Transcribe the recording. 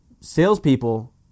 Salespeople